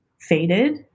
faded